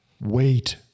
wait